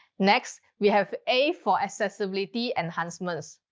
next, we have a for accessibility enhancements.